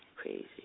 crazy